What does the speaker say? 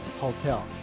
Hotel